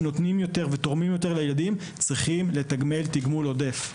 שנותנים יותר ותורמים יותר לילדים צריכים לתגמל תגמול עודף.